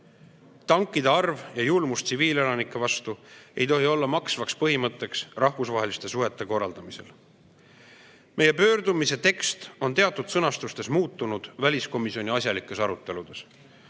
Tankide arv ja julmus tsiviilelanike vastu ei tohi olla maksvaks põhimõtteks rahvusvaheliste suhete korraldamisel. Meie pöördumise tekst on teatud sõnastustes muutunud väliskomisjoni asjalikes aruteludes.